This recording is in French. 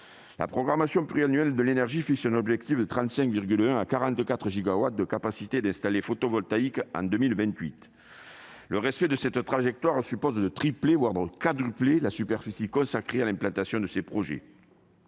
La programmation pluriannuelle de l'énergie (PPE) fixe un objectif de 35,1 à 44 gigawatts de capacité photovoltaïque installée en 2028. Le respect de cette trajectoire suppose de tripler, voire de quadrupler, la superficie consacrée à l'implantation de ces projets.